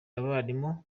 abarimu